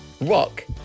Rock